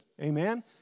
Amen